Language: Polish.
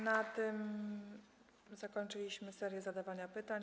Na tym zakończyliśmy serię zadawanych pytań.